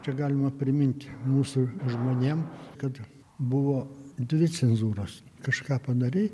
čia galima primint mūsų žmonėm kad buvo dvi cenzūros kažką padarei